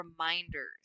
reminders